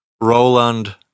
Roland